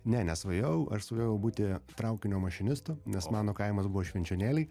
ne nesvajojau aš svajojau būti traukinio mašinistu nes mano kaimas buvo švenčionėliai